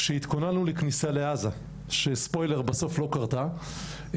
כשהתכוננו לכניסה וספויילר, הכניסה בסוף לא קרתה.